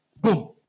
boom